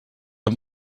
amb